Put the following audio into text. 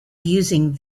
using